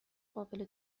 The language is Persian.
قابل